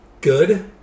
good